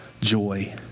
joy